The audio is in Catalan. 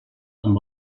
amb